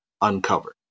uncovered